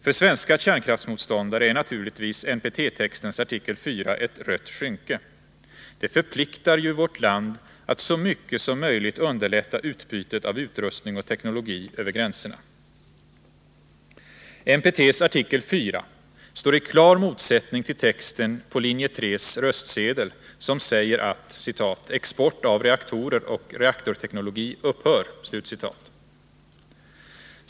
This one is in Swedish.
För svenska kärnkraftsmotståndare är naturligtvis NPT-textens artikel 4 ett rött skynke. Det förpliktigar ju vårt land att så mycket som möjligt underlätta utbytet av utrustning och teknologi över gränserna. NPT:s artikel 4 står i klar motsättning till texten på linje 3:s röstsedel, som säger att ”export av reaktorer och reaktorteknologi upphör”.